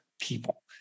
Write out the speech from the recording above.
people